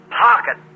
pocket